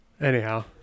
Anyhow